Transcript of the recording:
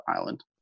island